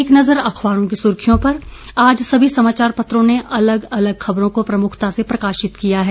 एक नजर अखबारों की सुर्खियों पर आज सभी समाचार पत्रों ने अलग अलग खबरों को प्रमुखता से प्रकाशित किया है